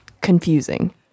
confusing